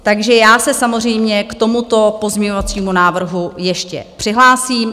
Takže já se samozřejmě k tomuto pozměňovacímu návrhu ještě přihlásím.